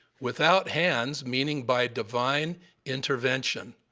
without hands, meaning by divine intervention,